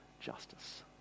justice